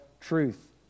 truth